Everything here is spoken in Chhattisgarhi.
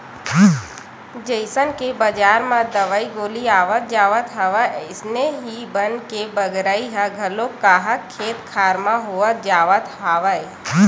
जइसन के बजार म दवई गोली आवत जावत हवय अइसने ही बन के बगरई ह घलो काहक खेत खार म होवत जावत हवय